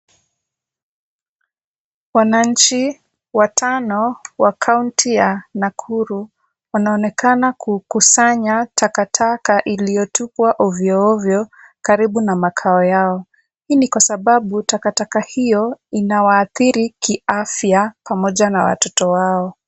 Wananchi watano wa kaunti ya Nakuru wanaonekana kukusanya takataka iliyotupwa ovyo ovyo karibu na makao yao. Hii ni kwa sababu takataka hiyo inawaathiri kiafya pamoja na watoto wao.